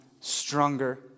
stronger